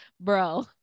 bro